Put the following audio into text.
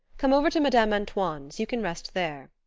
come over to madame antoine's you can rest there.